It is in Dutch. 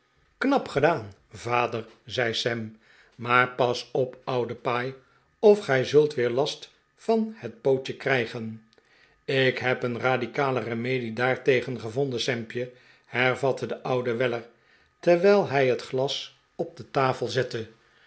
knap gedaan vader zei sam maar pas op oude paai of gij zult weer last van het pootje krijgen ik heb een radicale remedie daartegen gevonden sampje hervatte de oude weller terwijl hij het glas op de tafel zette